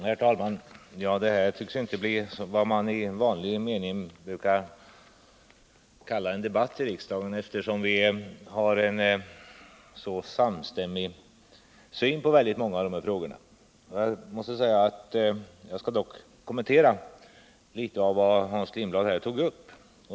Herr talman! Det här tycks inte bli en debatt i vanlig mening här i riksdagen, eftersom vi är så samstämmiga i väldigt många av frågorna. Jag skall dock kommentera litet av vad Hans Lindblad tog upp.